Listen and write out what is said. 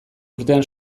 urtean